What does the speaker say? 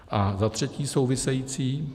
A za třetí, související.